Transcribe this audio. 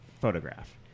photograph